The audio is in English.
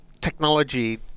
technology